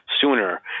sooner